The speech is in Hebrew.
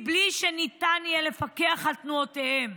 בלי שניתן יהיה לפקח על תנועותיהם.